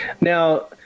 Now